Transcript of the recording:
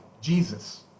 Jesus